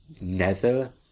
nether